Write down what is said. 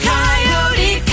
Coyote